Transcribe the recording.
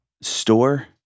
store